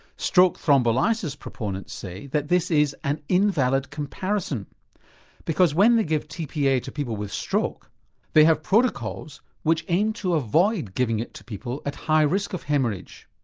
stroke thrombolysis proponents say that this is an invalid comparison because when they give tpa to people with stroke they have protocols which aim to avoid giving it to people at high risk of haemorrhage.